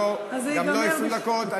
גם לא 20 דקות.